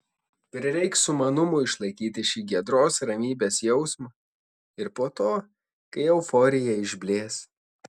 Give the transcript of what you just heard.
prireiks sumanumo išlaikyti šį giedros ramybės jausmą ir po to kai euforija išblės